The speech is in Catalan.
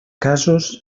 casos